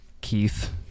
Keith